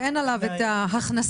אין עליו את ההכנסה.